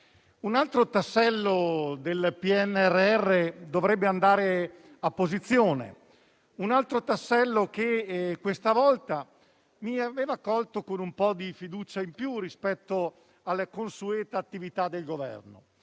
un altro tassello del PNRR dovrebbe andare a posizione. Un altro tassello che questa volta mi aveva colto con un po' di fiducia in più rispetto alla consueta attività del Governo.